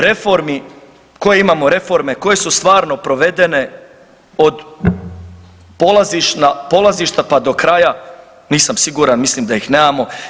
Reformi, koje imamo reforme, koje su stvarno provedene od polazišta pa do kraja nisam siguran mislim da ih nemamo.